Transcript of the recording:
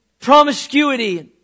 promiscuity